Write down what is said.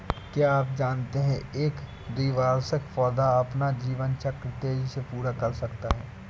क्या आप जानते है एक द्विवार्षिक पौधा अपना जीवन चक्र तेजी से पूरा कर सकता है?